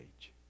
age